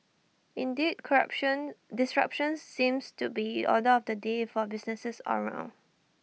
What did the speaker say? indeed corruption disruption seems to be order of the day for businesses all round